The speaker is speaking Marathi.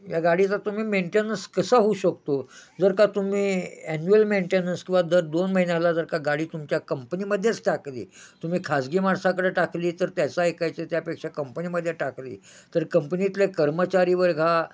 या गाडीचा तुम्ही मेंटेन्स कसा होऊ शकतो जर का तुम्ही ॲन्युअल मेंटेन्स किंवा दर दोन महिन्याला जर का गाडी तुमच्या कंपनीमध्येच टाकली तुम्ही खाजगी माणसाकडे टाकली तर त्याचा ऐकायचं त्यापेक्षा कंपनीमध्ये टाकली तर कंपनीतले कर्मचारी वर्ग हा